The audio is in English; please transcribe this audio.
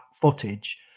footage